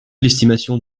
l’estimation